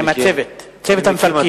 עם הצוות, צוות המפרקים.